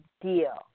deal